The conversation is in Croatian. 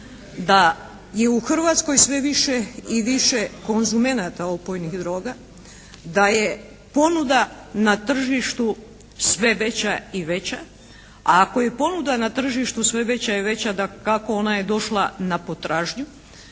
da je u Hrvatskoj sve više i više konzumenata opojnih droga, da je ponuda na tržištu sve veća i veća. A ako je ponuda na tržištu sve veća i veća dakako ona je došla na potražnju,